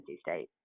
State